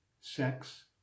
sex